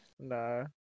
No